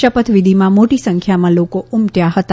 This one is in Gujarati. શપથવિધિમાં મોટી સંખ્યામાં લોકો ઉમટથા હતા